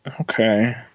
Okay